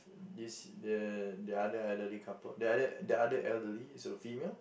is the the other elderly couple the other the other elderly is a female